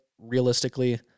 realistically